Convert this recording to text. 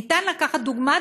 ניתן לקחת דוגמה,